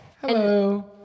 Hello